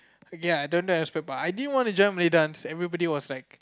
okay ah I don't know how to describe but I didn't want to join Malay dance everybody was like